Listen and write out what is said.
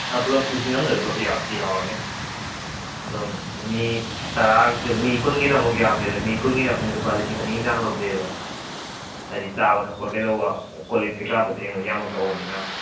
ꯄꯨꯂꯞ ꯂꯤꯁꯤꯡ ꯑꯝꯗꯨꯗ ꯄꯨꯂꯞ ꯌꯥꯎꯔꯅꯤ ꯑꯗꯨꯝ ꯃꯤ ꯇꯔꯥꯒꯤꯁꯨ ꯃꯤ ꯀꯨꯟꯒꯤꯅ ꯑꯃꯨꯛ ꯌꯥꯝ ꯍꯦꯜꯂꯦ ꯃꯤ ꯀꯨꯟꯒꯤꯅ ꯑꯩꯈꯣꯏꯅ ꯂꯨꯄꯥ ꯂꯤꯁꯤꯡ ꯑꯅꯤꯒꯤ ꯆꯥꯡ ꯂꯧꯖꯩꯑꯕ ꯍꯥꯏꯗꯤ ꯆꯥꯕ ꯊꯛꯄ ꯀꯩꯗꯧꯕ ꯀꯣꯂꯤꯛ ꯀꯩꯀꯥꯗꯨ ꯐꯦꯡꯕ ꯌꯥꯝꯃꯛ ꯇꯧꯕꯅꯤꯅ